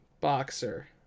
Boxer